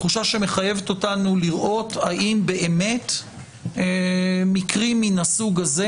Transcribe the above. תחושה שמחייבת אותנו לראות האם באמת מקרים מן הסוג הזה